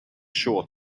sure